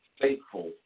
faithful